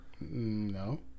No